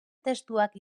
testuak